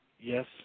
Yes